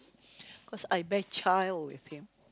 cause I bear child with him